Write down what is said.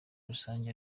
rusange